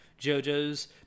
jojo's